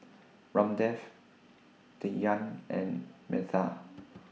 Ramdev Dhyan and Medha